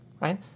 right